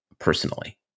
Personally